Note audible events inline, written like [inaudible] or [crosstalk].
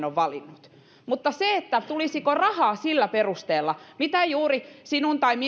[unintelligible] on valinnut mutta tulisiko rahaa sillä perusteella mitä juuri sinusta tai [unintelligible]